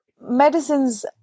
Medicine's